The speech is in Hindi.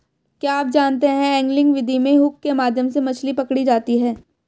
क्या आप जानते है एंगलिंग विधि में हुक के माध्यम से मछली पकड़ी जाती है